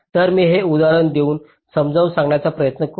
तर मी हे उदाहरण देऊन समजावून सांगण्याचा प्रयत्न करू